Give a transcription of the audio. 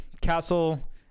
Castle